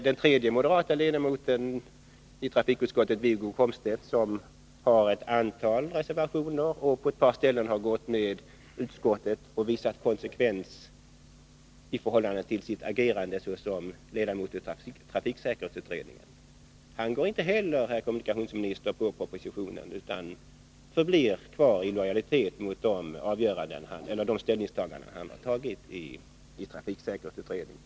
Den tredje moderata ledamoten i trafikutskottet, Wiggo Komstedt, har ett antal reservationer och har på ett par punkter gått med utskottet. Han har därigenom visat konsekvens i förhållande till sitt agerande såsom ledamot av trafiksäkerhetsutredningen. Han stöder alltså inte heller propositionen, herr kommunikationsminister, utan förblir lojal mot de ställningstaganden han gjort i trafiksäkerhetsutredningen.